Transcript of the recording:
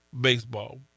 baseball